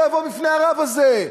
אני לא אבוא בפני הרב הזה,